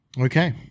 Okay